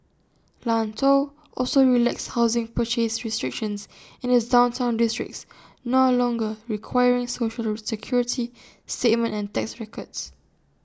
Lanzhou also relaxed housing purchase restrictions in its downtown districts no longer requiring Social Security statement and tax records